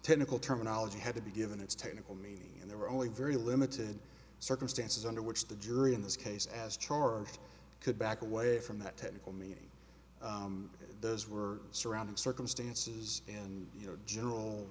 technical terminology had to be given its technical meaning and there were only very limited circumstances under which the jury in this case as charged could back away from that technical meaning those were surrounding circumstances and you know general